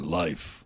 life